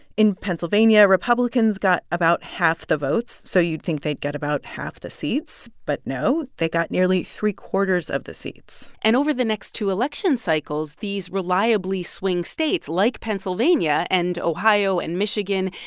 in pennsylvania, republicans got about half the votes. so you'd think they'd get about half the seats. but no, they got nearly three-quarters of the seats. and over the next two election cycles, these reliably swing states, like pennsylvania and ohio and michigan,